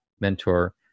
mentor